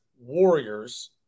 warriors